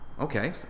okay